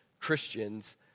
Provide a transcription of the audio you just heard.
Christians